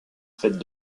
faites